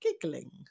giggling